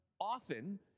often